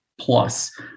plus